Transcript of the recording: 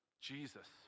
Jesus